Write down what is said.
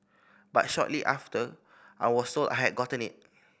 but shortly after I was sold I had gotten it